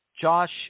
Josh